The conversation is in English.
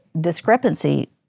discrepancy